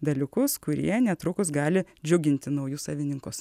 dalykus kurie netrukus gali džiuginti naujus savininkus